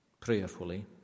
prayerfully